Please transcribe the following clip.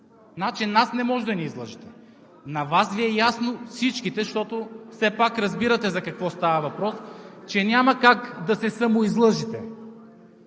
колеги? Нас не можете да ни излъжете! На всички Ви е ясно, защото все пак разбирате за какво става въпрос, че няма как да се самоизлъжете.